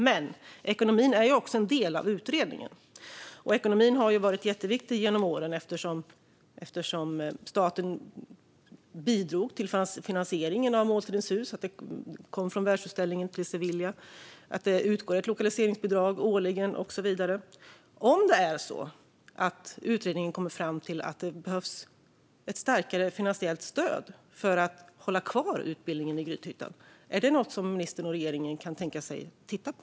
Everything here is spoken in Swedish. Men ekonomin är ju också en del av utredningen. Ekonomin har varit jätteviktig genom åren eftersom staten bidrog till finansieringen av Måltidens Hus, att det kom från världsutställningen i Sevilla, att det utgår ett lokaliseringsbidrag årligen och så vidare. Om utredningen kommer fram till att det behövs ett starkare finansiellt stöd för att hålla kvar utbildningen i Grythyttan, är det något som ministern och regeringen kan tänka sig att titta på?